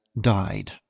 died